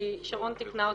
כי שרון תיקנה אותי,